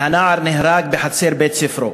והנער נהרג בחצר בית-ספרו.